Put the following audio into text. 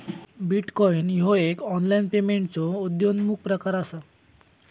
bitcoin ह्यो एक online पेमेंटचो उद्योन्मुख प्रकार असा